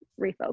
refocus